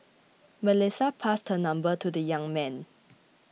Melissa passed her number to the young man